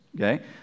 okay